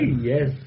Yes